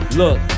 look